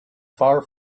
far